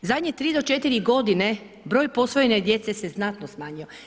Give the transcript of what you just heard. Zadnje 3 do 4 godine, broj posvojene djece se znatno smanjio.